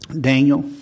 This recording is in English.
Daniel